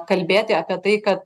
kalbėti apie tai kad